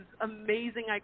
amazing